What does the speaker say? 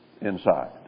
inside